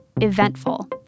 eventful